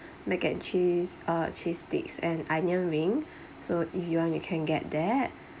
mac and cheese a cheese steaks and onion ring so if you want you can get that